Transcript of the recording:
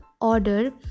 order